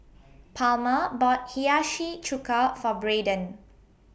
Palma bought Hiyashi Chuka For Braeden